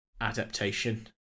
adaptation